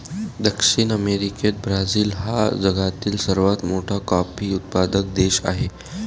दक्षिण अमेरिकेत ब्राझील हा जगातील सर्वात मोठा कॉफी उत्पादक देश आहे